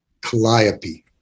Calliope